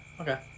Okay